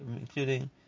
including